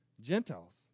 Gentiles